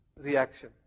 reaction